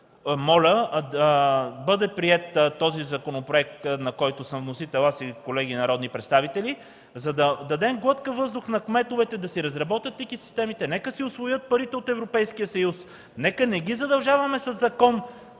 моля да бъде приет този законопроект, на който съм вносител аз и колеги народни представители, за да дадем глътка въздух на кметовете да си разработят тикет системите. Нека си усвоят парите от Европейския съюз. Нека не ги задължаваме със закон